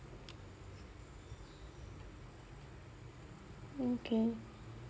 okay